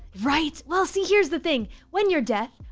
right, well, see, here's the thing when your death,